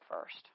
first